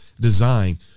design